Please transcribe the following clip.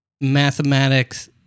mathematics